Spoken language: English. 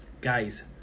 guys